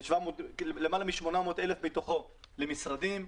למעלה מ-800,000 מתוכו למשרדים.